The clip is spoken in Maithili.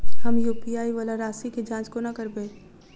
हम यु.पी.आई वला राशि केँ जाँच कोना करबै?